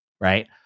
right